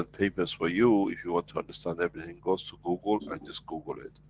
papers for you, if you want to understand everything, goes to google and just google it.